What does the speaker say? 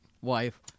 wife